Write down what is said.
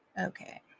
Okay